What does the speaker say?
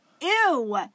Ew